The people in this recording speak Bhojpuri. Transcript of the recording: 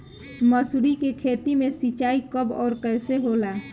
मसुरी के खेती में सिंचाई कब और कैसे होला?